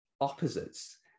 opposites